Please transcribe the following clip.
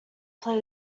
play